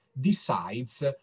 decides